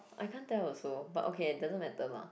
I can't tell also but okay doesn't matter mah